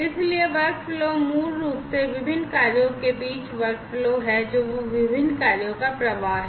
इसलिए वर्कफ़्लो मूल रूप से विभिन्न कार्यों के बीच वर्कफ़्लो है जो विभिन्न कार्यों का प्रवाह है